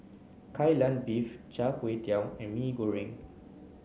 Kai Lan Beef Char Kway Teow and Mee Goreng